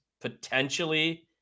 potentially